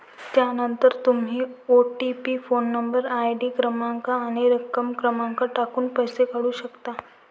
त्यानंतर तुम्ही OTP phone number, ID क्रमांक आणि रक्कम क्रमांक टाकून पैसे काढू शकता